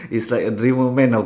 it's like a dreamer man of